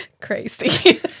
crazy